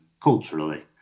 culturally